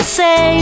say